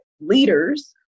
leaders